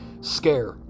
scare